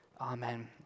Amen